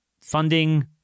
funding